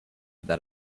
that